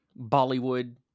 Bollywood